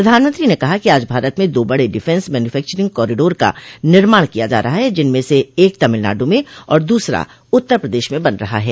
प्रधानमंत्री ने कहा कि आज भारत में दो बड़े डिफेंस मैन्युफैक्वरिंग कॉरिडोर का निर्माण किया जा रहा हैं जिसमें से एक तमिलनाडु में और दूसरा उत्तर प्रदेश में बन रहा है